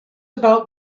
about